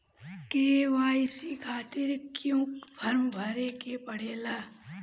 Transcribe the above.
KYC खातिर क्यूं form भरे के पड़ेला?